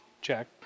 check